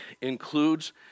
includes